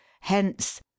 Hence